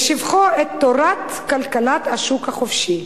בשבחו את תורת כלכלת השוק החופשי,